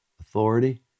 authority